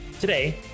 Today